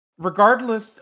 Regardless